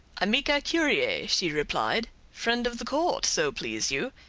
amica curiae, she replied friend of the court, so please you.